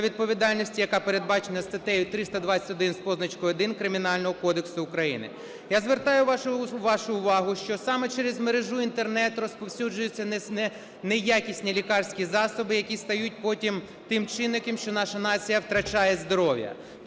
та відповідальності, яка передбачена статтею 321 з позначкою 1 Кримінального кодексу України. Я звертаю вашу увагу, що саме через мережу Інтернет розповсюджується неякісні лікарські засоби, які стають потім чинником, що наша нація втрачає здоров'я.